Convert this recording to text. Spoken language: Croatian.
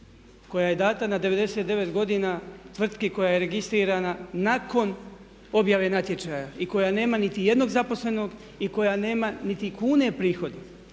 koja je dana na 99 godina tvrtki koja je registrirana nakon objave natječaja i koja nema niti jednog zaposlenog i koja nema niti kune prihoda